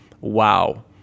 Wow